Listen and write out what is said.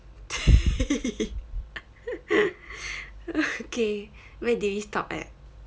okay where did we stop at